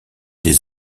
des